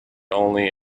only